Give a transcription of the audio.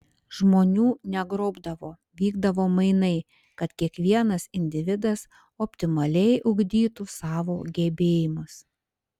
žmonių negrobdavo vykdavo mainai kad kiekvienas individas optimaliai ugdytų savo gebėjimus